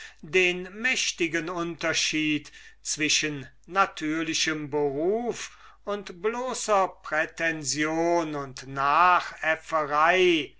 den mächtigen unterschied zwischen natürlichem beruf und bloßer prätension und